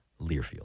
Learfield